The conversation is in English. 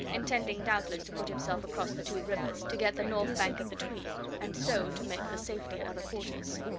intending doubtless to put himself across the two rivers, to get the north bank of the tweed, and so to make for safety in other quarters.